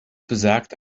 besagt